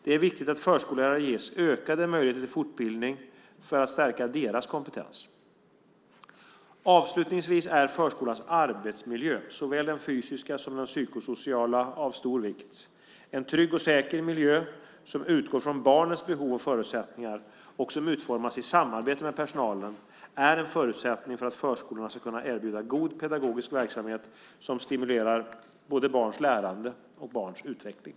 Det är viktigt att förskollärare ges ökade möjligheter till fortbildning för att stärka deras kompetens. Avslutningsvis är förskolans arbetsmiljö, såväl den fysiska som den psykosociala, av stor vikt. En trygg och säker miljö, som utgår från barnens behov och förutsättningar och som utformas i samarbete med personalen, är en förutsättning för att förskolorna ska kunna erbjuda god pedagogisk verksamhet som stimulerar barns lärande och utveckling.